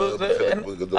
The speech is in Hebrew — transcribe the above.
חוץ מהכניסות.